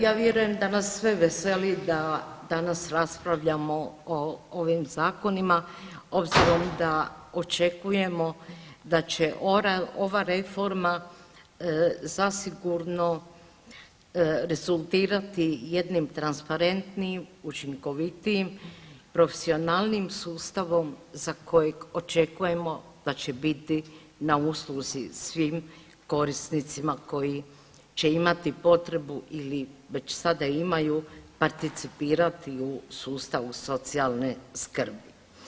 Ja vjerujem da nas sve veseli da danas raspravljamo o ovim zakonima obzirom da očekujemo da će ova reforma zasigurno rezultirati jednim transparentnijim, učinkovitijim, profesionalnijim sustavom za kojeg očekujemo da će biti na usluzi svim korisnicima koji će imati potrebu ili već sada imaju participirati u sustavu socijalne skrbi.